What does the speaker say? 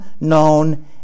known